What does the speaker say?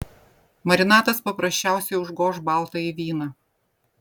marinatas paprasčiausiai užgoš baltąjį vyną